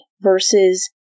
versus